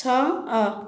ଛଅ ଅ